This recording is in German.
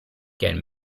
gern